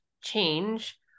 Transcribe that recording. change